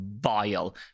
vile